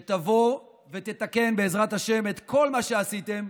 שתבוא ותתקן, בעזרת השם, את כל מה שעשיתם,